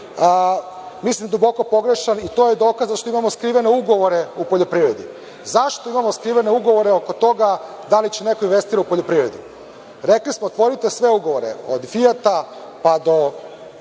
Mislim duboko pogrešan i to je dokaz zašto imamo skrivene ugovore u poljoprivredi. Zašto imamo skrivene ugovore oko toga da li će neko da investira u poljoprivredu? Rekli smo otvorite sve ugovore od „Fijata“ pa do